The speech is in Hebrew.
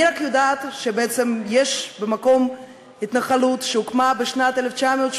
אני רק יודעת שבעצם יש במקום התנחלות שהוקמה בשנת 1983,